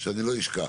שאני לא אשכח.